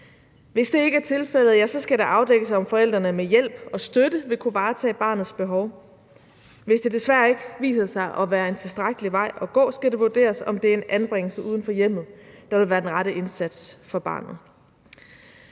Hvis det ikke er tilfældet, ja, så skal det afdækkes, om forældrene med hjælp og støtte vil kunne varetage barnets behov. Hvis det desværre ikke viser sig at være en tilstrækkelig vej at gå, skal det vurderes, om det er en anbringelse uden for hjemmet, der vil være den rette indsats for barnet.